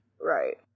Right